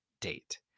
date